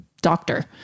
doctor